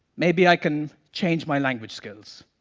maybe i can change my language skills.